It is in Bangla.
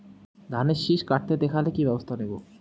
ধানের শিষ কাটতে দেখালে কি ব্যবস্থা নেব?